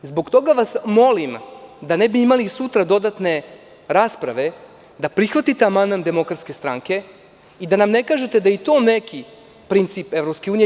Zbog toga vas molim da ne bi sutra imali dodatne rasprave da prihvatite amandman DS i da nam ne kažete da je to neki princip EU.